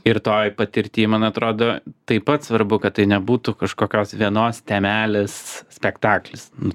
ir toj patirty man atrodo taip pat svarbu kad tai nebūtų kažkokios vienos temelės spektaklis nu